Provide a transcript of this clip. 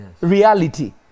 reality